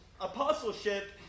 apostleship